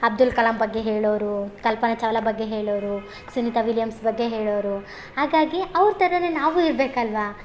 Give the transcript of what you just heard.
ಅಬ್ದುಲ್ ಕಲಾಮ್ ಬಗ್ಗೆ ಹೇಳೋರು ಕಲ್ಪನಾ ಚಾವ್ಲ ಬಗ್ಗೆ ಹೇಳೋರು ಸುನಿತ ವಿಲಿಯಮ್ಸ್ ಬಗ್ಗೆ ಹೇಳೋರು ಹಾಗಾಗಿ ಅವ್ರ ಥರ ನಾವು ಇರಬೇಕಲ್ವ